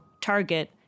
target